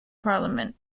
parliament